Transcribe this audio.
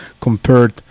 compared